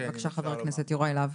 בבקשה חבר הכנסת יוראי להב.